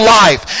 life